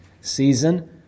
season